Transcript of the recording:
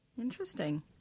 Interesting